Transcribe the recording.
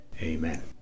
Amen